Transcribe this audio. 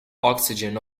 oxygen